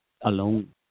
alone